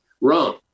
wrong